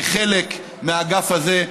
כחלק מהאגף הזה,